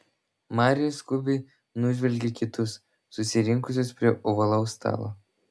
marijus skubiai nužvelgė kitus susirinkusius prie ovalaus stalo